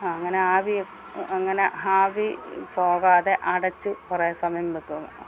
ആ അങ്ങനെ ആവിയും അങ്ങനെ ആവി പോകാതെ അടച്ച് കുറെ സമയം വെക്ക്വേം